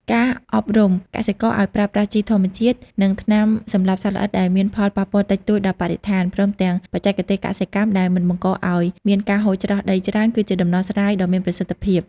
ការអប់រំកសិករឱ្យប្រើប្រាស់ជីធម្មជាតិ និងថ្នាំសម្លាប់សត្វល្អិតដែលមានផលប៉ះពាល់តិចតួចដល់បរិស្ថាន ព្រមទាំងបច្ចេកទេសកសិកម្មដែលមិនបង្កឱ្យមានការហូរច្រោះដីច្រើន គឺជាដំណោះស្រាយដ៏មានប្រសិទ្ធភាព។